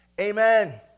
Amen